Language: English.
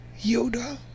Yoda